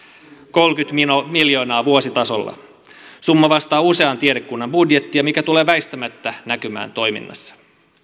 kolmekymmentä miljoonaa vuositasolla summa vastaa usean tiedekunnan budjettia mikä tulee väistämättä näkymään toiminnassa